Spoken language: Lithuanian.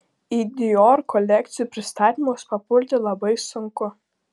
į dior kolekcijų pristatymus papulti labai sunku